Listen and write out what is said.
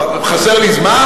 חסר לי זמן?